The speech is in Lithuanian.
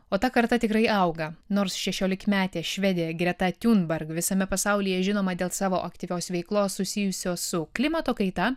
o ta karta tikrai auga nors šešiolikmetė švedė greta tiunberg visame pasaulyje žinoma dėl savo aktyvios veiklos susijusios su klimato kaita